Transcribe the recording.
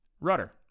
rudder